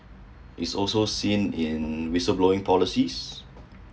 is also seen in whistleblowing policies